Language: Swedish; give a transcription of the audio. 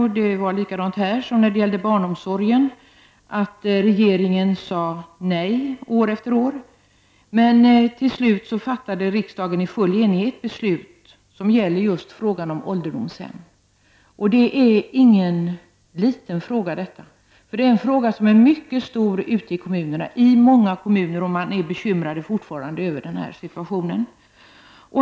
Det var likadant här som när det gällde barnomsorgen, att regeringen sade nej år efter år. Till slut efter många om och men fattade riksdagen i full enighet beslut som gällde ålderdomshemmen. Detta är ingen liten fråga utan av mycket stor betydelse ute i kommunerna. I många kommuner är man fortfarande bekymrad över situationen.